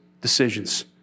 decisions